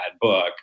book